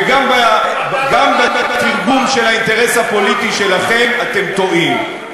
וגם בתרגום של האינטרס הפוליטי שלכם אתם טועים,